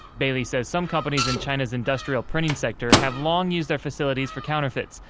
bailey says some companies in china's industrial printing sector have long used their facilities for counterfeits,